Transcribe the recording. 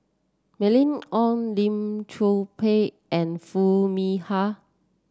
Mylene Ong Lim Chor Pee and Foo Mee Har